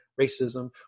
racism